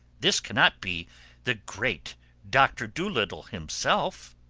this cannot be the great doctor dolittle himself!